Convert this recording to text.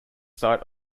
site